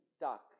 duck